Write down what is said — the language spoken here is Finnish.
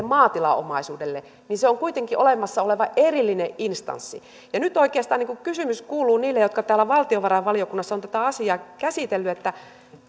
maatilaomaisuudelle niin se on kuitenkin olemassa oleva erillinen instanssi nyt oikeastaan kysymys kuuluu niille jotka valtiovarainvaliokunnassa ovat tätä asiaa käsitelleet